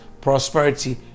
prosperity